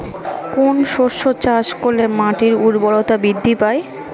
কোন শস্য চাষ করলে মাটির উর্বরতা বৃদ্ধি পায়?